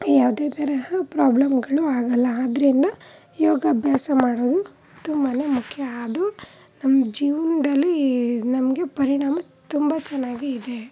ಯಾವುದೇ ತರಹ ಪ್ರಾಬ್ಲಮ್ಗಳು ಆಗಲ್ಲ ಆದ್ದರಿಂದ ಯೋಗಾಭ್ಯಾಸ ಮಾಡೋದು ತುಂಬಾ ಮುಖ್ಯ ಅದು ನಮ್ಮ ಜೀವನ್ದಲ್ಲಿ ನಮಗೆ ಪರಿಣಾಮ ತುಂಬ ಚೆನ್ನಾಗಿ ಇದೆ